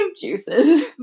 juices